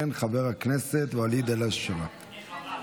תודה רבה.